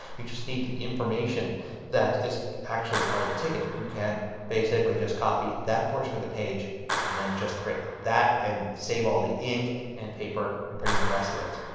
you just need the information that is actually part of the ticket. you can basically just copy that portion of the page and then just print that and save all the ink and paper um printing the rest of it.